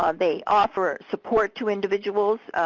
ah they offer support to individuals